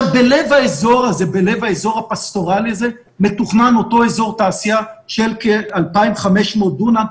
בלב האזור הפסטורלי הזה מתוכנן אותו אזור תעשייה של כ-2,500 דונם,